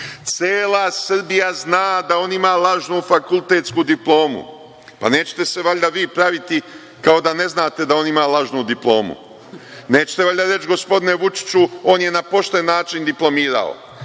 toga. Cela Srbija zna da on ima lažnu fakultetsku diplomu. Nećete se valjda vi praviti kao da ne znate da on ima lažnu diplomu. Nećete valjda reći, gospodine Vučiću – on je na pošten način diplomirao.